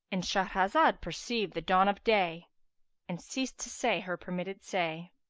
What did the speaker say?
and shahrazad perceived the dawn of day and ceased to say her permitted say.